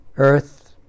earth